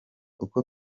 uko